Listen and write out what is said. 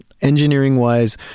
engineering-wise